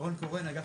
ירון קורן, אגף